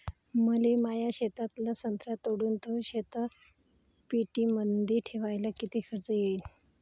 मले माया शेतातला संत्रा तोडून तो शीतपेटीमंदी ठेवायले किती खर्च येईन?